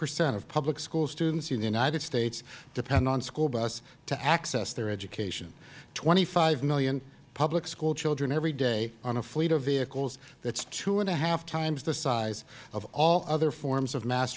percent of public school students in the united states depend on school bus to access their education twenty five million public school children every day on a fleet of vehicles that is two and a half times the size of all other forms of mass